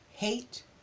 Hate